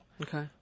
Okay